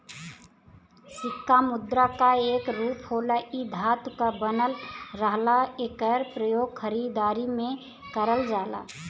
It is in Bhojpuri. सिक्का मुद्रा क एक रूप होला इ धातु क बनल रहला एकर प्रयोग खरीदारी में करल जाला